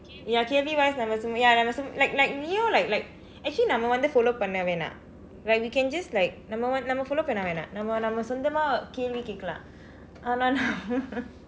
ya கேள்வி :kaelvi wise I also mean ya ya I also like like you know like like actually நம்ம வந்து:namma vanthu follow பண்ண வேண்டாம் :panna veendaam like we can just like நம்ம வந்த நம்ம:namma vandtha namma follow பண்ண வேண்டாம் நம்ம நம்ம சொந்தமா கேள்வி கேட்கலாம் ஆனா நான்:panna veendaam namma namma sondthamaa keelvi keetkalaam aanaa naan